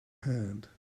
hand